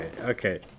okay